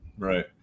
Right